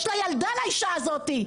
יש לה ילדה לאישה הזאת.